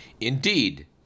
Indeed